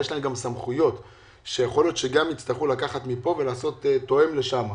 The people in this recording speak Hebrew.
אבל יש להם גם סמכויות שיכול להיות שיצטרכו לקחת מפה ולהתאים לשם.